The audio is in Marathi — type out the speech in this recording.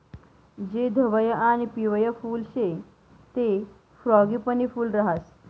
जे धवयं आणि पिवयं फुल शे ते फ्रॉगीपनी फूल राहास